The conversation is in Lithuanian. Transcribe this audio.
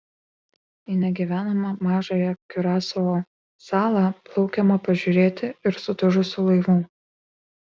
į negyvenamą mažąją kiurasao salą plaukiama pažiūrėti ir sudužusių laivų